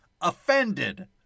offended